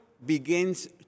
begins